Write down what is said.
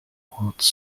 хуудас